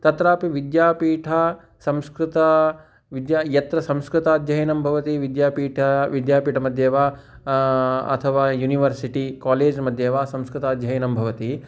तत्रापि विद्यापीठे संस्कृतविद्या यत्र संस्कृताध्ययनं भवति विद्यापीठे विद्यापीठमध्ये वा अथवा युनिवर्सिटि कालेज्मध्ये वा संस्कृताध्ययनं भवति